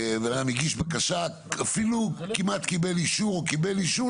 ולאן הגיש בקשה ואפילו כמעט קיבל אישור או קיבל אישור,